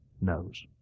knows